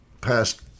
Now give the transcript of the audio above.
past